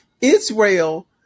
Israel